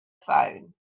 phone